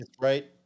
right